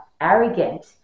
arrogant